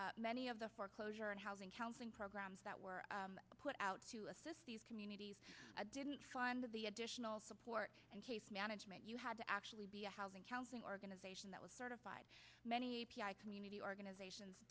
many of the foreclosure and housing counseling programs that were put out to assist these communities didn't find the additional support and case management you had to actually be a housing counseling organization that was certified many a p i community organizations